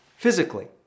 Physically